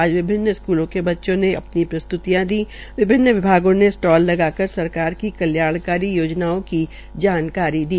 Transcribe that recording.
आज विभिन्न स्कूलों के बच्चों ने अपनी प्रस्त्तियां दी विभिन्न विभागों ने स्टाल लगाकर सरकार की कल्याणकारी योजनाओं की जानकारी दी